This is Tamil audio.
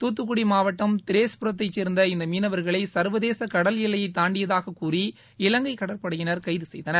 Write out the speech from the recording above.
துத்துக்குடி மாவட்டம் திரேஸ்புரத்தைச்சேர்ந்த இந்த மீனவர்களை சர்வதேச கடல் எல்லையை தாண்டியதாக கூறி இலங்கை கடற்படையினர் கைது செய்தனர்